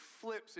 flips